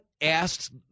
asked